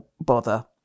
bother